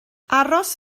aros